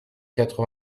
quatre